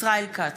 ישראל כץ,